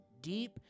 deep